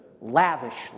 lavishly